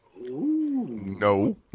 No